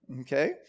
okay